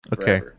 Okay